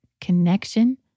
connection